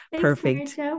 Perfect